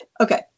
okay